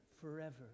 forever